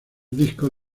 discos